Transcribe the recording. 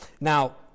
Now